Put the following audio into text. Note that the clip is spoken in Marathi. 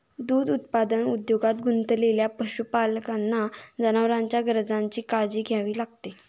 दूध उत्पादन उद्योगात गुंतलेल्या पशुपालकांना जनावरांच्या गरजांची काळजी घ्यावी लागते